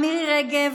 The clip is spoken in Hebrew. מירי רגב,